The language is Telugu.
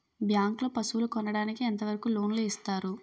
బ్యాంక్ లో పశువుల కొనడానికి ఎంత వరకు లోన్ లు ఇస్తారు?